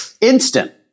Instant